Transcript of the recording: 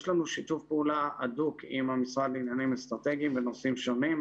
יש לנו שיתוף פעולה הדוק עם המשרד לעניינים אסטרטגיים בנושאים שונים,